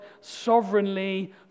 sovereignly